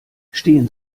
stehen